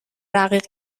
رقیق